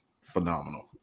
phenomenal